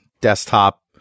desktop